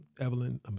Evelyn